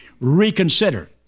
Reconsider